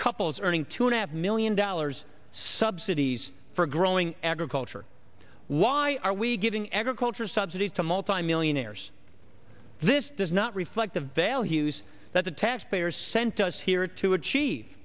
couples earning two and a half million dollars subsidies for growing agriculture why are we giving agriculture subsidies to multimillionaires this does not reflect the values that the taxpayers sent us here to achieve